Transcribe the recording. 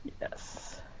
Yes